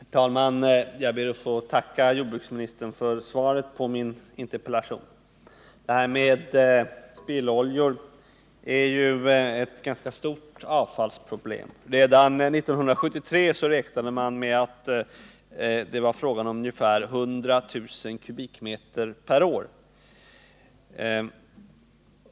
Herr talman! Jag ber att få tacka jordbruksministern för svaret på min interpellation. Detta med spilloljor är ju ett ganska stort avfallsproblem. Redan 1973 räknade man med att det var fråga om 100 000 kubikmeter per år.